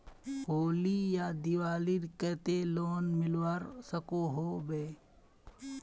होली या दिवालीर केते लोन मिलवा सकोहो होबे?